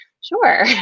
sure